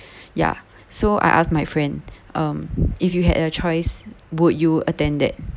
ya so I asked my friend um if you had a choice would you attend that